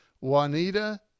juanita